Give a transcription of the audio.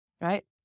Right